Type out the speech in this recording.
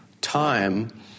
time